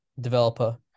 developer